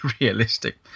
Realistic